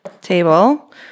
table